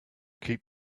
keep